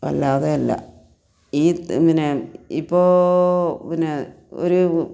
അല്ലാതെ അല്ല ഈ പിന്നെ ഇപ്പോൾ പിന്നെ ഒരു